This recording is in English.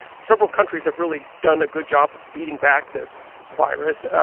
several countries have really done a good job of beating back this virus,